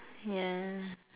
ya